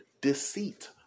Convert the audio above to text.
deceit